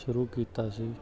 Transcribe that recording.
ਸ਼ੁਰੂ ਕੀਤਾ ਸੀ